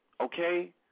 Okay